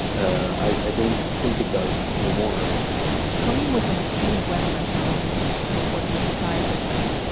i don't think it does anymore karim was one of the few western journalists to report from inside ad-lib,